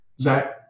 Zach